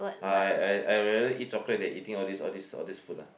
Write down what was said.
I I I'd rather eat chocolate than eating all these all these all these food lah